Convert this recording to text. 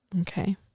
Okay